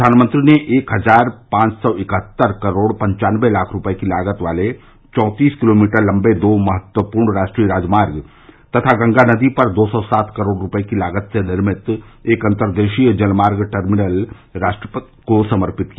प्रधानमंत्री ने एक हजार पांच सौ इकहत्तर करोड़ पन्वानबे लाख रूपये की लागत वाले चौतीस किलोमीटर लम्बे दो महत्वपूर्ण राष्ट्रीय राजमार्ग तथा गंगा नदी पर दो सौ सात करोड़ रूपये की लागत से निर्मित एक अंतरदेशीय जल मार्ग टर्मिनल राष्ट्र को समर्पित किया